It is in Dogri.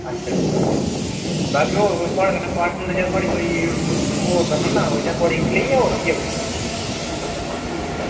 अच्छा अच्छा बाकी होर कोई थुआढ़े कन्नै पार्टनर जां थुआढ़ी कोई होर ते नि ना थुआढ़ी इक्कली गै जां होर बी ऐ कुसै दी